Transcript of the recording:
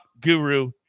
guru